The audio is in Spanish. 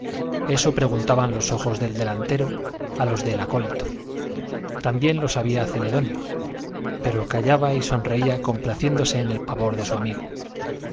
esto preguntaban los ojos del delantero a los del acólito también lo sabía celedonio pero callaba y sonreía complaciéndose en el pavor de su amigo